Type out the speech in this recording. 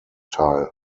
teil